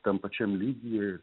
tam pačiam lygyje ir